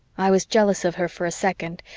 i was jealous of her for a second,